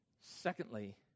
Secondly